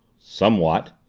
somewhat.